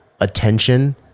attention